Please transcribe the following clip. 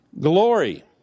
glory